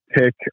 pick